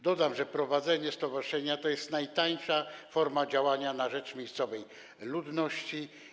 Dodam, że prowadzenie stowarzyszenia to najtańsza forma działania na rzecz miejscowej ludności.